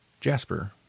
Jasper